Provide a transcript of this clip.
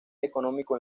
económico